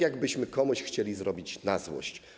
Jakbyśmy komuś chcieli zrobić na złość.